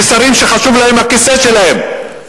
ושרים שחשוב להם הכיסא שלהם.